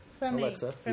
Alexa